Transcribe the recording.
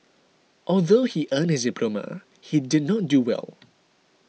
although he earned his diploma he did not do well